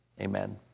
amen